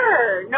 Sure